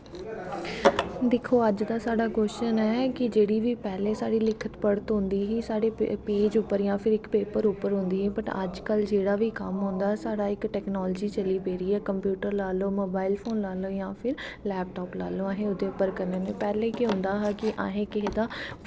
दिक्खो कि अज्ज दा साढ़ा जेह्ड़ा क्वश्चन ऐ कि पैह्लें दी जेह्ड़ी बी साढ़ी लिखत पढ़त होंदी ही पेज़ उप्पर होंदा ही बट अज्ज कल जेह्ड़ा बी कम्म होंदा साढ़ी इक टाकनॉलजी चली पेदी ऐ कंप्यूटर लेई लैओ मोबाईल फोन लाई लैओ जां फिर लैपटॉप लाई लैओ अस ओह्दे पर करने होन्ने पैह्लें केह् होंदा हा कि असें किसे दा